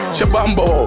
Shabambo